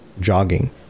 jogging